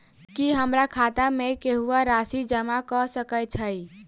की हमरा खाता मे केहू आ राशि जमा कऽ सकय छई?